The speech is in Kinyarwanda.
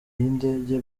y’indege